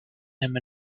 him